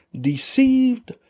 deceived